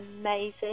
amazing